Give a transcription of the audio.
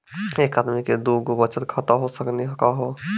एके आदमी के दू गो बचत खाता हो सकनी का हो?